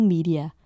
Media